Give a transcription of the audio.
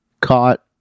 caught